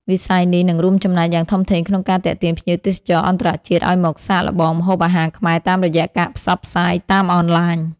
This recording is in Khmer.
វិស័យនេះនឹងរួមចំណែកយ៉ាងធំធេងក្នុងការទាក់ទាញភ្ញៀវទេសចរអន្តរជាតិឱ្យមកសាកល្បងម្ហូបអាហារខ្មែរតាមរយៈការផ្សព្វផ្សាយតាមអនឡាញ។